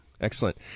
Excellent